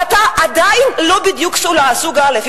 אבל אתה עדיין לא בדיוק סוג א',